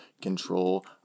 Control